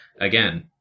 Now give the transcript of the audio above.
Again